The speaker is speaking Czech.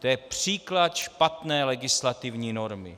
To je příklad špatné legislativní normy.